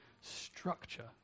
structure